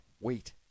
wheat